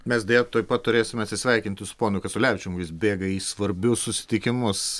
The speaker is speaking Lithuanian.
mes deja tuoj pat turėsime atsisveikinti su ponu kasiulevičium jis bėga į svarbius susitikimus